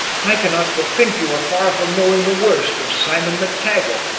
i cannot but think you are far from knowing the worst of simon mactaggart.